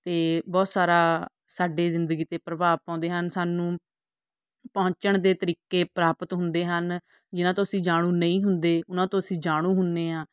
ਅਤੇ ਬਹੁਤ ਸਾਰਾ ਸਾਡੇ ਜ਼ਿੰਦਗੀ 'ਤੇ ਪ੍ਰਭਾਵ ਪਾਉਂਦੇ ਹਨ ਸਾਨੂੰ ਪਹੁੰਚਣ ਦੇ ਤਰੀਕੇ ਪ੍ਰਾਪਤ ਹੁੰਦੇ ਹਨ ਜਿਹਨਾਂ ਤੋਂ ਅਸੀਂ ਜਾਣੂ ਨਹੀਂ ਹੁੰਦੇ ਉਹਨਾਂ ਤੋਂ ਅਸੀਂ ਜਾਣੂ ਹੁੰਦੇ ਹਾਂ